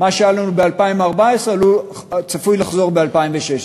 מה שהיה לנו ב-2014 צפוי לחזור ב-2016.